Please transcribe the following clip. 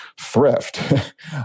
thrift